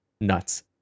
nuts